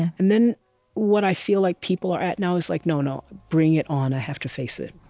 and then what i feel like people are at now is, like no, no, bring it on. i have to face it